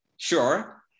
Sure